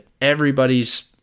everybody's